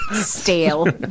Stale